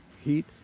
heat